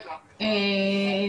לבחירתכן.